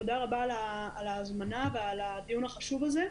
תודה רבה על ההזמנה ועל הדיון החשוב הזה.